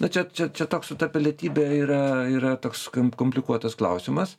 na čia čia čia toks su ta pilietybe yra yra toks kom komplikuotas klausimas